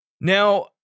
Now